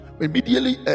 immediately